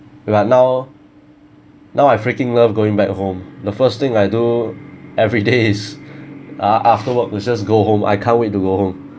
but now now I freaking love going back home the first thing I do every day is uh afterward was just go home I can't wait to go home